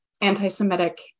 anti-Semitic